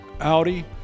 Audi